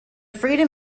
freedom